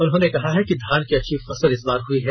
उन्होंने कहा है कि धान की अच्छी फसल इस बार हई है